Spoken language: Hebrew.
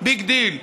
ביג דיל,